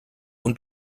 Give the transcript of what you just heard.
und